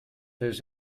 his